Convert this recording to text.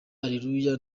areruya